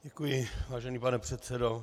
Děkuji, vážený pane předsedo.